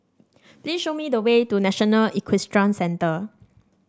please show me the way to National Equestrian Centre